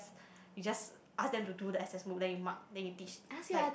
you just ask them to do the assessment book then you mark then you teach like